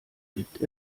gibt